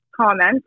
comment